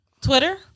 Twitter